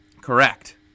Correct